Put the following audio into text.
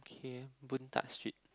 okay Boon-Tat-Street